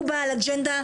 הוא בעל אג'נדה,